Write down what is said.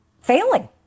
failing